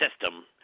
system